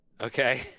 Okay